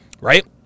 right